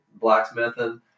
blacksmithing